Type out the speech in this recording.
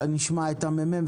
נשמע את הממ"מ,